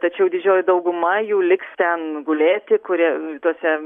tačiau didžioji dauguma jų liks ten gulėti kurie tuose